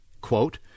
quote